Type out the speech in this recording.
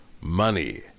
money